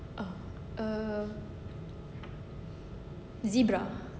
oh err zebra